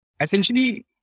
essentially